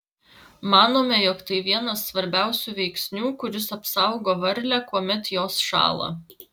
manome jog tai vienas svarbiausių veiksnių kuris apsaugo varlę kuomet jos šąla